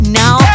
now